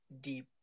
deep